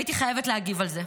והייתי חייבת להגיב על זה.